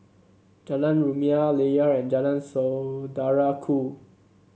Jalan Rumia Layar and Jalan Saudara Ku